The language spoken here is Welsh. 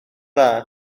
dda